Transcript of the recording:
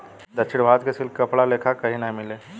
दक्षिण भारत के सिल्क के कपड़ा लेखा कही ना मिले